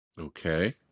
Okay